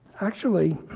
actually,